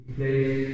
Place